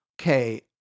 okay